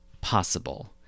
possible